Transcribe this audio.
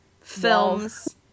films